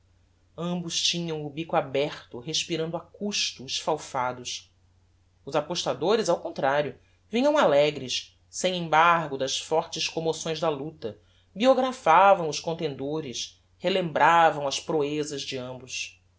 ambos tinham o bico aberto respirando a custo esfalfados os apostadores ao contrario vinham alegres sem embargo das fortes commoções da luta biographavam os contendores relembravam as proezas de ambos